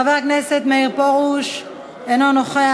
חבר הכנסת מאיר פרוש, אינו נוכח.